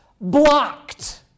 blocked